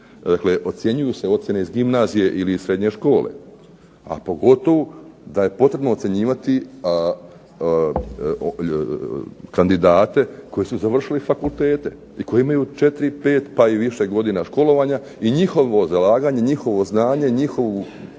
dakle ocjenjuju se ocjene iz gimnazije ili iz srednje škole, a pogotovo da je potrebno ocjenjivati kandidate koji su završili fakultete, i koji imaju četiri i pet pa i više godina školovanja, i njihovo zalaganje, njihovo znanje, njihov